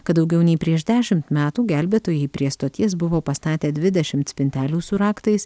kad daugiau nei prieš dešimt metų gelbėtojai prie stoties buvo pastatę dvidešimt spintelių su raktais